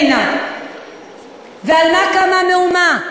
ועל מה קמה המהומה?